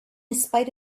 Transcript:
spite